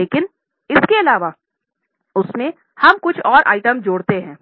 लेकिन इसके अलावा उसमें हम कुछ और आइटम जोड़ते हैं